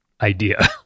idea